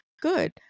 good